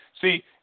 See